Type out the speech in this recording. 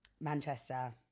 Manchester